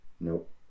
Nope